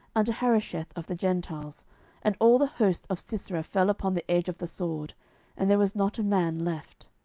unto harosheth of the gentiles and all the host of sisera fell upon the edge of the sword and there was not a man left.